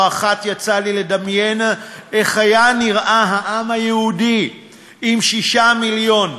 לא אחת יצא לי לדמיין איך היה נראה העם היהודי אם שישה מיליון,